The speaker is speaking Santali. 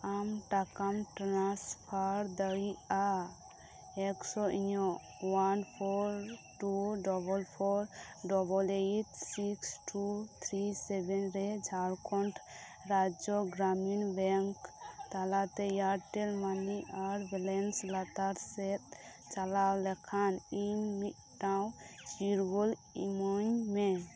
ᱟᱢ ᱴᱟᱠᱟᱢ ᱴᱨᱟᱱᱥᱯᱷᱟᱨ ᱫᱟᱲᱮᱭᱟᱜᱼᱟ ᱮᱠᱥᱚ ᱤᱧᱟᱹᱜ one four two double four double eight six two three seven ᱨᱮ ᱡᱷᱟᱲᱠᱷᱚᱸᱰ ᱨᱟᱡᱽᱡᱚ ᱜᱨᱟᱢᱤᱱ ᱵᱮᱝᱠ ᱛᱟᱞᱟᱛᱮ ᱮᱭᱟᱨᱴᱮᱞ ᱢᱟᱱᱤ ᱟᱨ ᱵᱮᱞᱮᱱᱥ ᱞᱟᱛᱟᱨ ᱥᱮᱫ ᱪᱟᱞᱟᱣ ᱞᱮᱱᱠᱷᱟᱱ ᱤᱧ ᱢᱤᱫᱴᱟᱝ ᱪᱤᱨᱜᱟᱹᱞ ᱤᱢᱟᱹᱧᱢᱮ